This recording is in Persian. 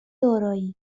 دارایی